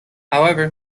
however